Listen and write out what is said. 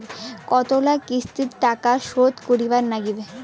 কতোলা কিস্তিতে টাকা শোধ করিবার নাগীবে?